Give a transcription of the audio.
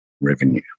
revenue